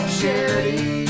charity